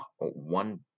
one